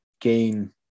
gain